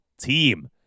team